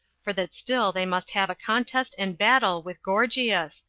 for that still they must have a contest and battle with gorgias,